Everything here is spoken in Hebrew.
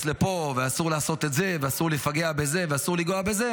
לפה ואסור לעשות את זה ואסור לפגע בזה ואסור לגעת בזה,